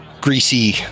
greasy